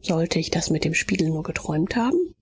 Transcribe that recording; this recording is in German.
sollte ich das mit dem spiegel nur geträumt haben